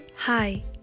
Hi